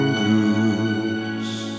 loose